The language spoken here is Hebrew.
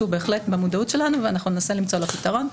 שהוא בהחלט במודעות שלנו ואנחנו ננסה למצוא לה פתרון,